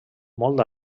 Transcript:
molt